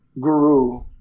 guru